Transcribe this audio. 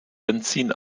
benzin